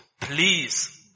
please